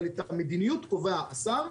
אבל את המדיניות קובע השר.